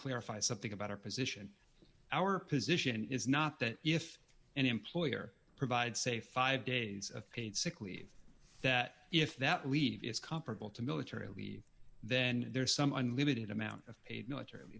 clarify something about our position our position is not that if an employer provided say five days of paid sick leave that if that leave is comparable to military leave then there is some unlimited amount of paid military